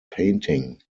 painting